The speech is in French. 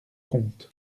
compte